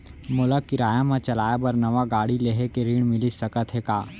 मोला किराया मा चलाए बर नवा गाड़ी लेहे के ऋण मिलिस सकत हे का?